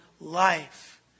life